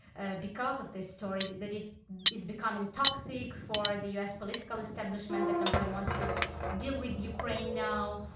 ah because of this story, but that it is becoming toxic for the us political establishment, that nobody wants to deal with ukraine now.